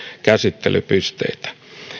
käsittelypisteitä